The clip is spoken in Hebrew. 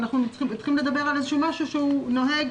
אנחנו צריכים לדבר על איזשהו משהו שהוא נוהג,